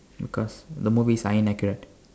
because the movies are inaccurate